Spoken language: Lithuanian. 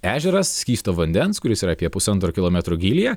ežeras skysto vandens kuris yra apie pusantro kilometro gylyje